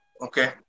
Okay